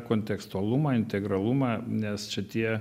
kontekstualumą integralumą nes čia tie